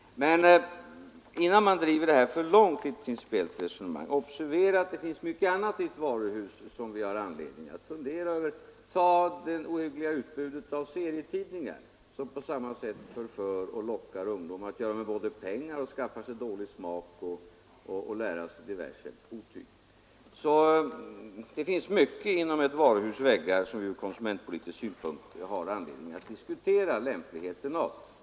Men innan man driver detta resonemang till sin spets, skall man observera att det finns mycket annat i ett varuhus som vi har anledning att fundera över. Ta det ohyggliga utbudet av serietidningar, som på samma sätt förför och lockar ungdomar till att göra av med pengar, skaffa sig dålig smak och lära sig diverse otyg! Det finns alltså mycket inom varuhusens väggar som vi ur konsumentpolitisk synpunkt har anledning att diskutera lämpligheten av.